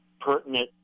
pertinent